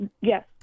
yes